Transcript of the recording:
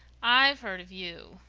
i've heard of you.